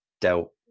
dealt